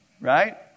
right